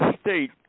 state